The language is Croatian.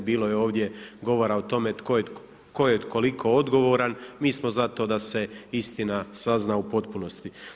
Imali smo ovdje govora o tome tko je koliko odgovoran, mi smo za to da se istina sazna u potpunosti.